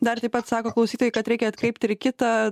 dar taip pat sako klausytojai kad reikia atkreipt ir į kitą